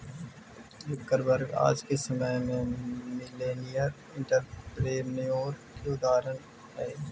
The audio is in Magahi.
जुकरबर्ग आज के समय में मिलेनियर एंटरप्रेन्योर के उदाहरण हई